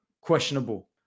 questionable